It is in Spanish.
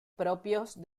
propios